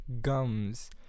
gums